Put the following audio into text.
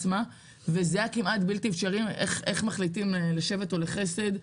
וזה היה כמעט בלתי אפשרי איך מחליטים לשבט או לחסד,